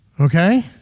Okay